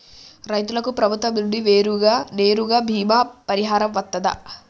రైతులకు ప్రభుత్వం నుండి నేరుగా బీమా పరిహారం వత్తదా?